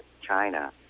China